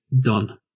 Done